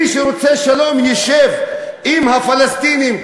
מי שרוצה שלום יֵשב עם הפלסטינים,